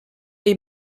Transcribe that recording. est